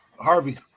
Harvey